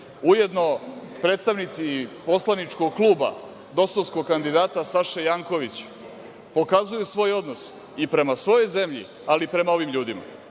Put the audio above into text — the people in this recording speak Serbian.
ujedno predstavnici Poslaničkog kluba dosovskog kandidata Saše Jankovića, pokazuju svoj odnos i prema svojoj zemlji, ali i prema ovim ljudima.